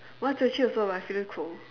mine is twenty also but I feeling cold